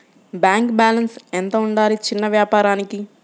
Bank balance ఎంత ఉండాలి చిన్న వ్యాపారానికి?